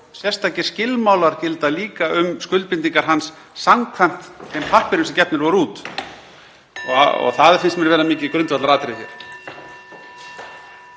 sérstakir skilmálar gilda líka um skuldbindingar hans samkvæmt þeim pappírum sem gefnir voru út. Það finnst mér vera mikið grundvallaratriði.